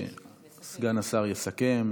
סגן השר יסכם.